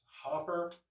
Hopper